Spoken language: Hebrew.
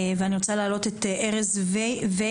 ואני רוצה להעלות את ארז וול,